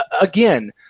again